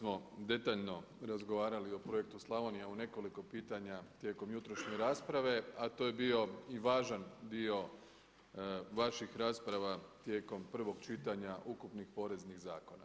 Evo već smo detaljno razgovarali o Projektu Slavonija u nekoliko pitanje tijekom jutrošnje rasprave, a to je bio i važan dio vaših rasprava tijekom prvog čitanja ukupnih poreznih zakona.